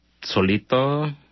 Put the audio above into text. Solito